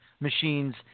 machines